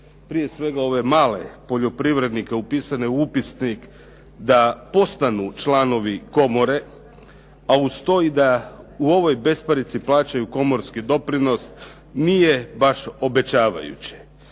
prije svega ove male poljoprivrednike upisane u upisnik, da postanu članovi komore, a uz to i da u ovoj besparici plaćaju komorski doprinos nije vaš obećavajuće.